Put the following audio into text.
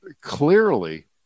clearly